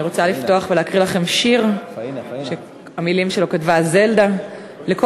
אני רוצה לפתוח ולהקריא לכם שיר שאת המילים שלו כתבה זלדה: "לכל